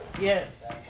Yes